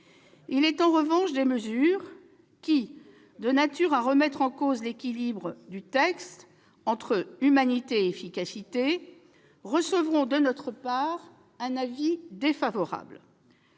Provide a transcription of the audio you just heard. Il est en revanche des mesures qui, de nature à remettre en cause l'équilibre du texte entre humanité et efficacité, recevront de notre part un avis défavorable.